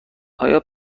آیا